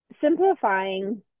Simplifying